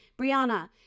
Brianna